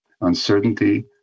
uncertainty